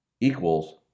equals